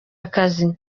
akazi